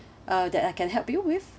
uh that I can help you with